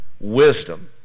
Wisdom